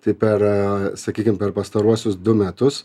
tai per sakykim per pastaruosius du metus